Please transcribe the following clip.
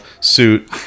suit